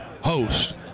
host